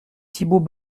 thibault